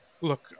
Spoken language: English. Look